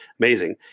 Amazing